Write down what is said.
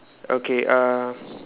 okay uh